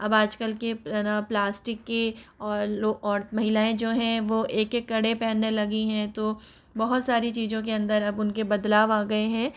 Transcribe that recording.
अब आज कल के है ना प्लास्टिक की और लो और महिलाएँ जो हैं वो एक एक कड़े पहनने लगी हैं तो बहुत सारी चीज़ों के अंदर अब उन के बदलाव आ गए हैं